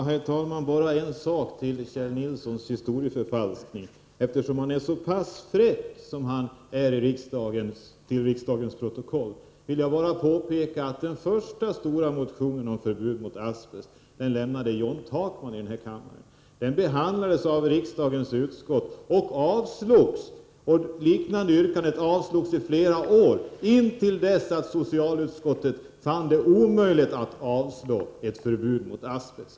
Herr talman! Bara en sak angående Kjell Nilssons historieförfalskning. Eftersom Kjell Nilsson var så fräck, vill jag påpeka och till protokollet få antecknat att den första stora motionen om förbud mot asbest lämnades av John Takman. Den behandlades av riksdagen och avslogs. Liknande yrkanden som i denna motion avslogs i flera år, intill dess att socialutskottet fann det omöjligt att avstyrka förslag om förbud mot asbest.